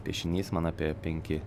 piešinys man apie penki